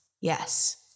Yes